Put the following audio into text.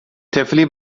طفلی